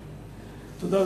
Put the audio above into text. תודה.